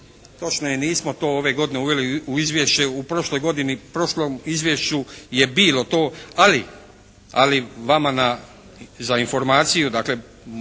Točno je, nismo to ove godine uveli u izvješće. U prošlom izvješću je bilo to ali vama za informaciju,